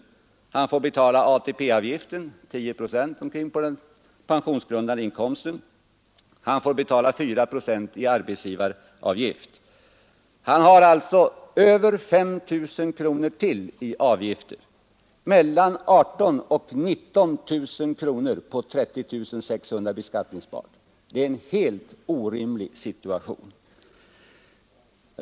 Han får betala ATP-avgiften, omkring 10 procent på den pensionsgrundande inkomsten, och 4 procent i arbetsgivaravgift. Han har alltså ytterligare över 5 000 kronor i avgifter, vilket sammanlagt gör mellan 18000 och 19000 kronor på en beskattningsbar inkomst av 30600 kronor. Det är en helt orimlig situation.